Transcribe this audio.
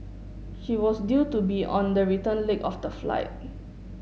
she was due to be on the return leg of the flight